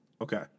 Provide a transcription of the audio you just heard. Okay